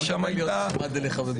היה שווה להיות נחמד אליך בהמשך הדיון.